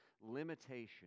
limitation